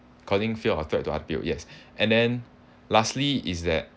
causing fear occurred to us yes and then lastly is that